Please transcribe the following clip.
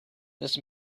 this